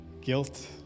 guilt